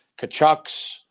Kachucks